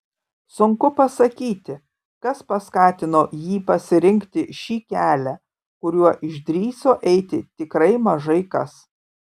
sunku pasakyti kas paskatino jį pasirinkti šį kelią kuriuo išdrįso eiti tikrai mažai kas